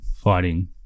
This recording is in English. fighting